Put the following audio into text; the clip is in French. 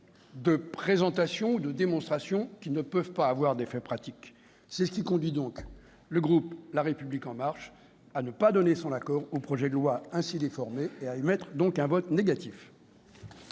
de présentation, de démonstration, qui ne peuvent pas avoir d'effet pratique. C'est ce qui conduit le groupe La République En Marche à ne pas donner son accord au projet de loi ainsi déformé, et à émettre un vote négatif